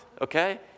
okay